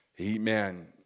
Amen